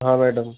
हाँ मैडम